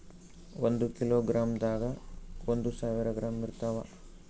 ಒಂದ್ ಕಿಲೋಗ್ರಾಂದಾಗ ಒಂದು ಸಾವಿರ ಗ್ರಾಂ ಇರತಾವ